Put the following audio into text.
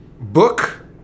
Book